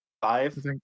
five